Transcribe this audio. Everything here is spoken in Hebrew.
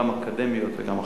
גם אקדמיות וגם אחרות.